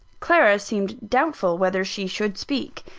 clara seemed doubtful whether she should speak.